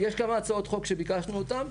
יש כמה הצעות חוק שביקשנו אותם,